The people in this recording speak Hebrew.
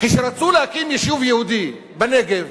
כשרצו להקים יישוב יהודי בנגב,